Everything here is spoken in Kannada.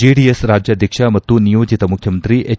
ಜೆಡಿಎಸ್ ರಾಜ್ಯಾಧ್ವಕ್ಷ ಮತ್ತು ನಿಯೋಜಿತ ಮುಖ್ಯಮಂತ್ರಿ ಎಚ್